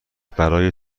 برای